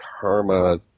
karma